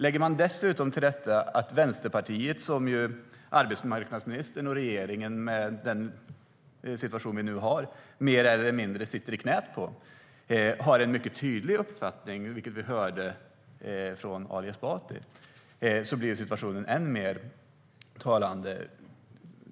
Lägger man dessutom till detta att Vänsterpartiet, som ju arbetsmarknadsministern och regeringen med den situation vi nu har mer eller mindre sitter i knät på, har en mycket tydlig uppfattning, vilket vi hörde från Ali Esbati, blir situationen än mer talande.